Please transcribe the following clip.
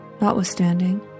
notwithstanding